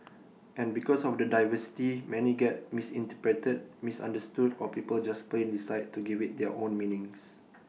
and because of the diversity many get misinterpreted misunderstood or people just plain decide to give IT their own meanings